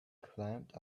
climbed